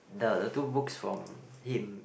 the the two books from him